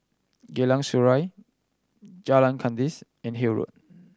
Geylang Serai Jalan Kandis and Hill Road